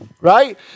right